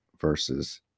versus